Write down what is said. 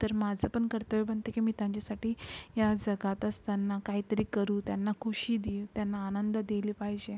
तर माझं पण कर्तव्य बनते की मी त्यांच्यासाठी या जगात असताना काहीतरी करू त्यांना खुशी देऊ त्यांना आनंद दिली पाहिजे